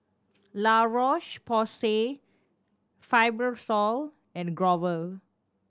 La Roche Porsay Fibrosol and Growell